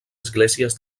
esglésies